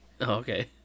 Okay